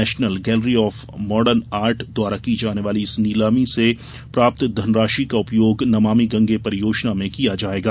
national gallery of modern art द्वारा की जाने वाली इस नीलामी से प्राप्त धनराशि का उपयोग नमामि गंगे परियोजना में किया जायेगा